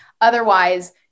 Otherwise